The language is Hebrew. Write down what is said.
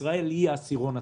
ישראל היא העשירון התחתון.